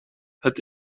het